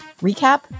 Recap